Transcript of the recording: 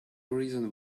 reason